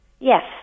Yes